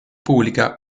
pública